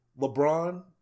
LeBron